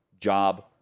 job